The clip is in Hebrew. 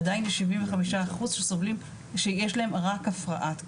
עדיין 75 אחוז שיש להם רק הפרעת קשב,